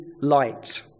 light